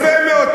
יפה מאוד,